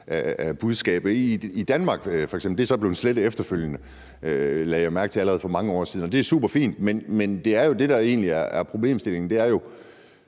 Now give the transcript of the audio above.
af budskabet. I Danmark er det så f.eks. blevet slettet efterfølgende, lagde jeg mærke til, allerede for mange år siden, og det er superfint. Men det, der egentlig er problemstillingen,